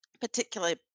particularly